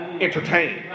entertain